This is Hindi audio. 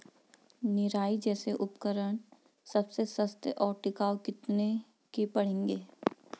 निराई जैसे उपकरण सबसे सस्ते और टिकाऊ कितने के पड़ेंगे?